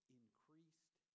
increased